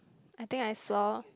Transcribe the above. I think I saw